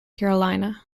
carolina